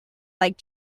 like